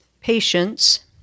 patience